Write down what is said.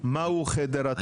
מהו חדר התרופות?